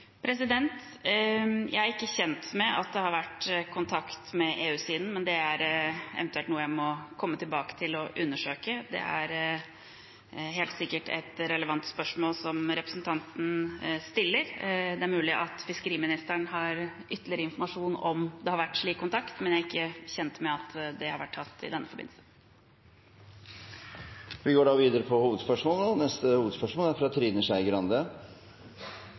Jeg er ikke kjent med at det har vært kontakt med EU-siden, men det er eventuelt noe jeg må undersøke og komme tilbake til. Det er helt sikkert et relevant spørsmål som representanten stiller. Det er mulig at fiskeriministeren har ytterligere informasjon om det har vært slik kontakt, men jeg er ikke kjent med at det har vært kontakt i denne forbindelsen. Vi går da videre til neste hovedspørsmål. Fisk er